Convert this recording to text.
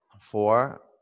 Four